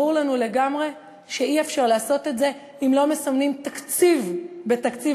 ברור לנו לגמרי שאי-אפשר לעשות את זה אם לא מסמנים תקציב בתקציב